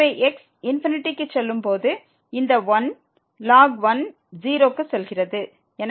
எனவே x ∞ க்கு செல்லும் போது இந்த 1 ln 1 0 க்கு செல்கிறது